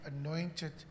anointed